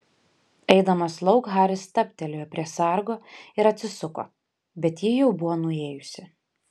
eidamas lauk haris stabtelėjo prie sargo ir atsisuko bet ji jau buvo nuėjusi